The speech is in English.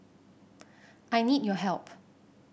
I need your help